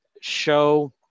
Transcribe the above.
show